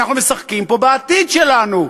אנחנו משחקים פה בעתיד שלנו.